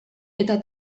eta